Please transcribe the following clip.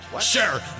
Sure